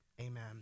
amen